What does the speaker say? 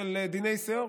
של דיני שאור?